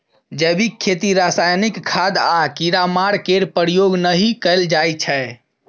जैबिक खेती रासायनिक खाद आ कीड़ामार केर प्रयोग नहि कएल जाइ छै